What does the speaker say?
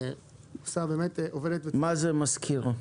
מה זה "מזכיר"?